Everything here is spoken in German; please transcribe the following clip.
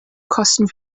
kosten